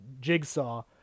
Jigsaw